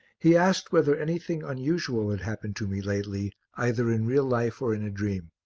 he asked whether anything unusual had happened to me lately, either in real life or in a dream.